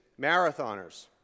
marathoners